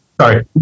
Sorry